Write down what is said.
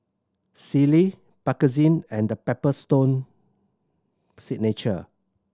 Sealy Bakerzin and The Paper Stone Signature